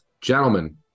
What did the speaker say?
Gentlemen